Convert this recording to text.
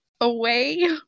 away